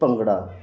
bhangra